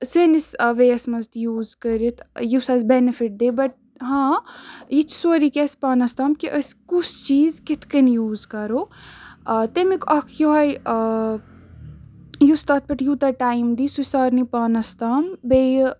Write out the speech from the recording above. سٲنِس وییَس منٛز تہِ یوٗز کٔرِتھ یُس اَسہِ بٮ۪نِفِٹ دیہِ بَٹ ہاں ییٚتہِ چھ سورُے کینٛہہ أسۍ پانَس تام کہِ أسۍ کُس چیٖز کِتھ کَنۍ یوٗز کَرو تمیُک اَکھ یوٚہَے یُس تَتھ پٮ۪ٹھ یوٗتاہ ٹایم دیہِ سُہ چھِ سارنٕے پانَس تام بیٚیہِ